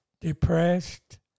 depressed